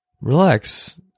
relax